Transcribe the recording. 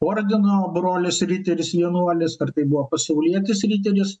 ordino brolis riteris jaunuolis ar tai buvo pasaulietis riteris